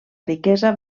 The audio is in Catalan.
riquesa